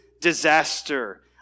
disaster